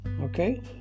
Okay